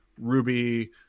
Ruby